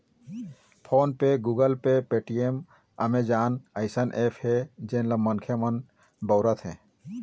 phone पे, Google Pay, Paytm, Amazon अइसन apps हे जेन ल मनखे मन बउरत हें